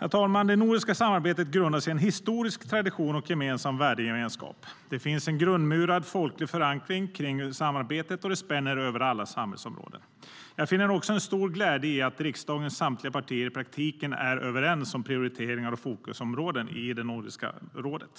Herr talman! Det nordiska samarbetet grundas i en historisk tradition och gemensam värdegemenskap. Det finns en grundmurad folklig förankring kring samarbetet, och det spänner över alla samhällsområden. Jag finner också en stor glädje i att riksdagens samtliga partier i praktiken är överens om prioriteringar och fokusområden i Nordiska rådet.